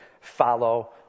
follow